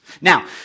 Now